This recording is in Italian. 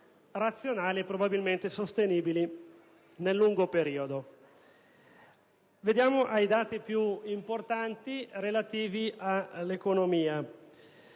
razionali e probabilmente sostenibili nel lungo periodo. Veniamo ora ai dati più importanti relativi all'economia.